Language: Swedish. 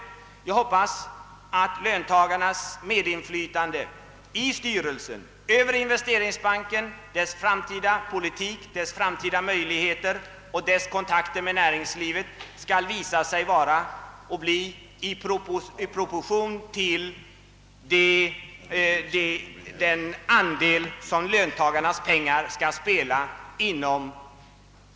Jag hoppas att löntagarnas medinflytande i styrelsen för investeringsbanken, dess framtida politik, dess framtida möjligheter och dess kontakter med näringslivet skall komma att stå i proportion till den andel pengar löntagarna har satsat.